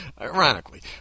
Ironically